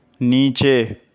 نیچے